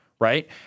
right